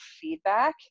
feedback